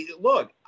look